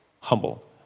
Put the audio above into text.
humble